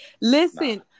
Listen